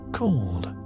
called